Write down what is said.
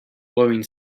blowing